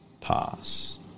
pass